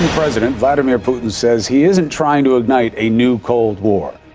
president vladimir putin says he isn't trying to ignite a new cold war.